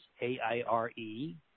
A-I-R-E